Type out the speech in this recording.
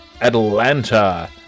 Atlanta